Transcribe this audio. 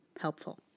helpful